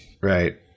Right